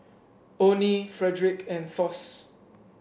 Onie Frederic and Thos